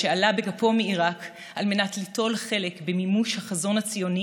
שעלה בגפו מעיראק על מנת ליטול חלק במימוש החזון הציוני